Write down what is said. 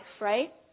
right